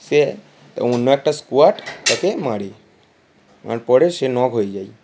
সে অন্য একটা স্কোয়াড তাকে মারে মার পরে সে নক হয়ে যাই